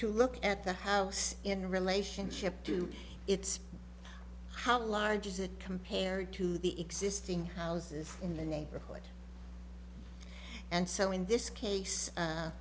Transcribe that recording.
to look at the house in relationship to it's how large is it compared to the existing houses in the neighborhood and so in this case